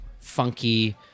funky